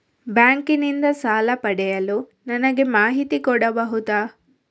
Bank ನಿಂದ ಸಾಲ ಪಡೆಯಲು ನನಗೆ ಮಾಹಿತಿ ಕೊಡಬಹುದ?